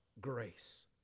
grace